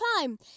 time